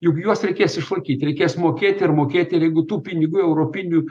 juk juos reikės išlaikyti reikės mokėti ir mokėti ir jeigu tų pinigų europinių